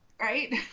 right